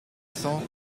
cents